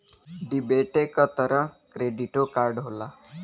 डेबिटे क तरह क्रेडिटो कार्ड होला